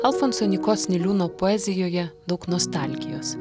alfonso nykos niliūno poezijoje daug nostalgijos